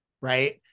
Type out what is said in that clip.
right